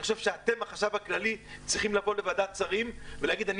אני חושב שאתם החשב הכללי צריכים לבוא לוועדת שרים ולהגיד 'אני